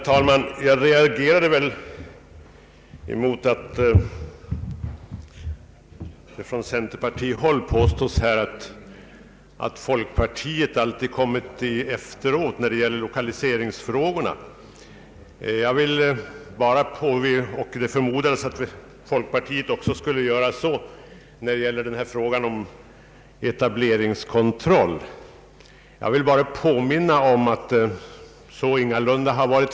Herr talman! Jag reagerade mot att herr Gustafsson påstod att folkpartiet alltid följt efter centerpartiet när det gällt lokaliseringspolitiken. Han förmodade också att folkpartiet skulle göra så i fråga om centerns förslag till etableringskontroll. Jag vill att börja med framhålla att påståendet inte är riktigt.